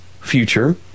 future